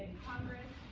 congress